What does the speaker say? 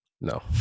No